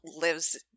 lives